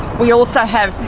we also have,